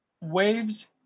waves